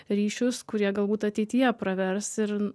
ryšius kurie galbūt ateityje pravers ir